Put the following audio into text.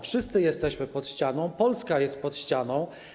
Wszyscy jesteśmy pod ścianą, Polska jest pod ścianą.